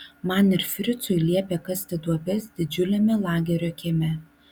man ir fricui liepė kasti duobes didžiuliame lagerio kieme